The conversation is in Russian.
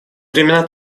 времена